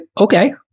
Okay